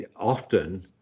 often